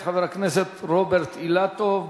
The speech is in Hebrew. מאת חבר הכנסת רוברט אילטוב,